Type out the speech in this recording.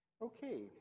Okay